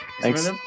Thanks